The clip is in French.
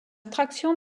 traction